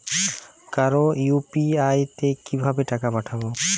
কারো ইউ.পি.আই তে কিভাবে টাকা পাঠাবো?